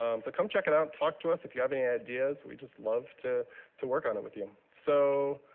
um so come check it out. talk to us if you have any ideas. we'd just love to to work on it with you. so